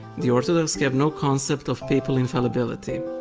the orthodox have no concept of papal infallibility.